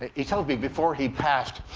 ah he tells me, before he passed,